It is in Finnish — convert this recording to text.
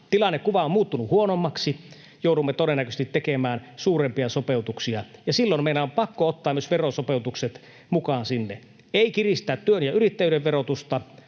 Tilannekuva on muuttunut huonommaksi. Joudumme todennäköisesti tekemään suurempia sopeutuksia, ja silloin meidän on pakko ottaa myös verosopeutukset mukaan sinne, ei kiristää työn ja yrittäjyyden verotusta,